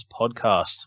Podcast